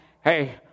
hey